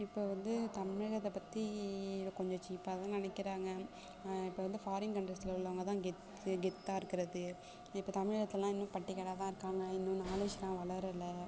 இப்போ வந்து தமிழகத்த பற்றி கொஞ்சம் சீப்பாகதான் நினைக்கிறாங்க இப்போ வந்து ஃபாரீன் கண்ட்ரீஸில் உள்ளவங்க தான் கெத்து கெத்தாக இருக்குறது இப்போ தமிழகத்துலெல்லாம் இன்னும் பட்டிக்காடாகதான் இருக்காங்க இன்னும் நாலேஜ் எல்லாம் வளரலை